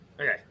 Okay